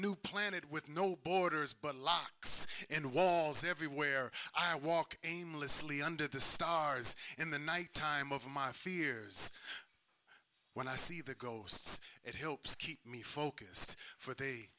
new planet with no borders but locks and walls everywhere i walk aimlessly under the stars in the night time of my fears when i see the ghosts that helps keep me focused for they